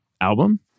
album